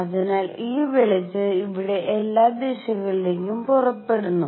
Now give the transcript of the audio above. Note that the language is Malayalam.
അതിനാൽ ഈ വെളിച്ചം ഇവിടെ എല്ലാ ദിശകളിലേക്കും പുറപ്പെടുന്നു